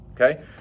Okay